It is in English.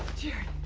jerry.